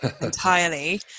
entirely